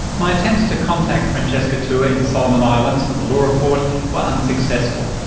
my attempts to contact francesca teua in solomon islands for the law report were unsuccessful,